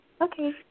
Okay